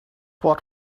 what